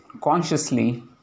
consciously